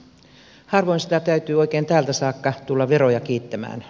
harvoin sitä täytyy oikein täältä saakka tulla veroja kiittämään